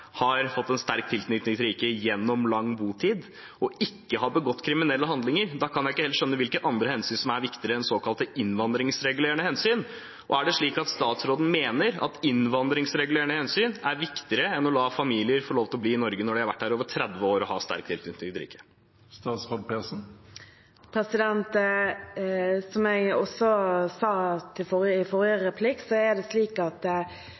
har fått en sterk tilknytning til riket gjennom lang botid og ikke har begått kriminelle handlinger, kan jeg ikke helt skjønne hvilke andre hensyn som er viktigere enn såkalt innvandringsregulerende hensyn. Er det slik at statsråden mener at innvandringsregulerende hensyn er viktigere enn å la familier få lov til å bli i Norge når de har vært her i over 30 år og har sterk tilknytning til riket? Som jeg sa også i forrige replikk, står det i lovproposisjonen som lå til grunn for Stortingets vedtak, at